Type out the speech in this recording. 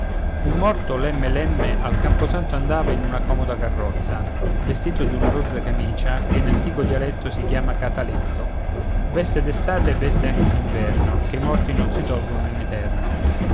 un morto lemme lemme al camposanto andava in una comoda carrozza vestito d'una rozza camicia che in antico dialetto si chiama cataletto veste d'estate e veste anche d'inverno che i morti non si tolgono in eterno